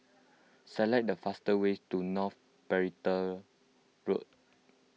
select the fastest way to North Perimeter Road